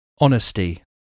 honesty